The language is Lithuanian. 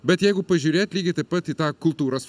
bet jeigu pažiūrėt lygiai taip pat į tą kultūros